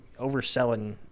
overselling